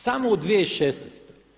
Samo u 2016.